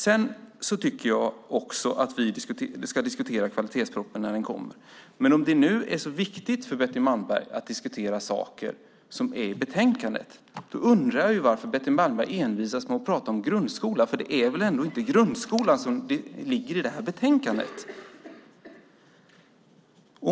Sedan tycker jag också att vi ska diskutera kvalitetspropositionen när den kommer. Men om det nu är så viktigt för Betty Malmberg att diskutera saker som finns med i betänkandet undrar jag varför hon envisas med att prata om grundskolan, för det är väl ändå inte grundskolan som det här betänkandet handlar om.